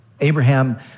Abraham